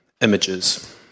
Images